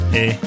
Hey